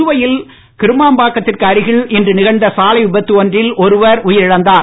புதுவையில் கிருமாம்பாக்கத்திற்கு அருகில் இன்று நிகழ்ந்த சாலை விபத்து ஒன்றில் ஒருவர் உயிர் இழந்தார்